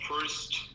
first